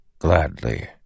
Gladly